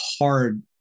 hard